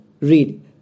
read